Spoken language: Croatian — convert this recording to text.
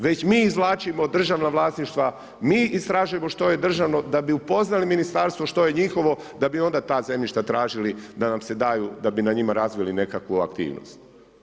Već mi izvlačimo državna vlasništva, mi istražujemo što je državno, da bi upoznali ministarstvo što je njihovo, da bi onda ta zemljišta tražila da nam se daju, da bi na njima razvili nekakvu aktivnost.